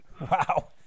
Wow